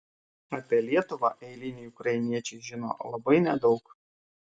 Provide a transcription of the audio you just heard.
apie lietuvą eiliniai ukrainiečiai žino labai nedaug